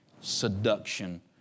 seduction